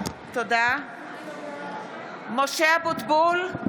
(קוראת בשמות חברי הכנסת) משה אבוטבול,